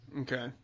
Okay